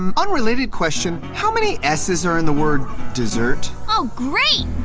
um unrelated question, how many s's are in the word dessert? oh great!